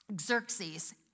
Xerxes